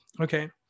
Okay